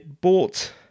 bought